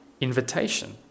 invitation